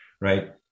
right